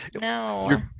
no